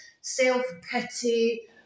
self-pity